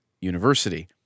University